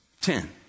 Ten